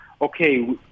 okay